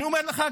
אני אומר לך,